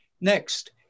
Next